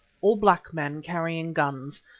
all black men carrying guns,